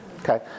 Okay